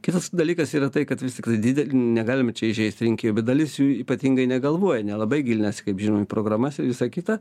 kitas dalykas yra tai kad vis tiktai negalima čia įžeisti rinkėjų bet dalis jų ypatingai negalvoja nelabai gilinasi kaip žinom į programas ir visa kita